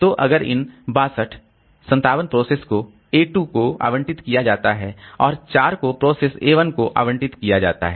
तो अगर इन 62 57 को प्रोसेस a 2 को आवंटित किया जाता है और 4 को प्रोसेस a 1 को आवंटित किया जाता है